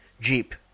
Jeep